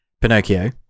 pinocchio